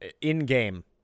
in-game